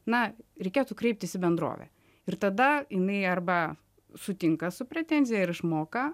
na reikėtų kreiptis į bendrovę ir tada jinai arba sutinka su pretenzija ir išmoka